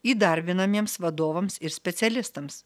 įdarbinamiems vadovams ir specialistams